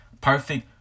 perfect